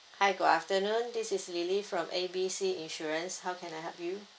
hi good afternoon this is lily from A B C insurance how can I help you